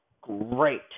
great